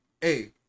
hey